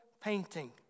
painting